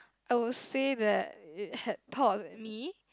I will say that it had taught me